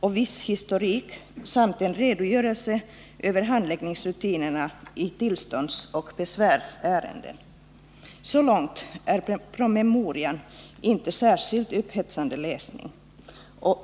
och viss historik samt en redogörelse för handläggningsrutinerna i tillståndsoch besvärsärenden. Så långt är promemorian inte någon särskilt upphetsande läsning.